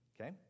okay